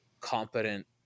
competent